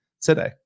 today